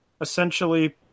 essentially